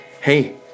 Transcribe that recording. hey